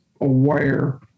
aware